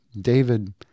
David